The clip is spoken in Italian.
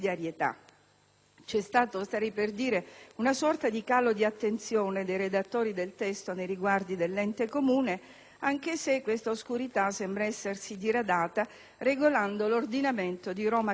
C'è stata - starei per dire - una sorta di «calo di attenzione» dei redattori del testo nei riguardi dell'ente Comune, anche se questa oscurità sembra essersi diradata regolando l'ordinamento di Roma Capitale.